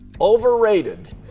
overrated